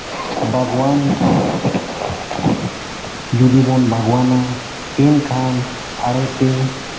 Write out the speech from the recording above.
ᱵᱟᱜᱽᱣᱟᱱ ᱡᱩᱫᱤ ᱵᱚᱱ ᱵᱟᱜᱽᱣᱟᱱᱟ ᱮᱱᱠᱷᱟᱱ ᱟᱲᱮᱛᱮ